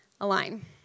align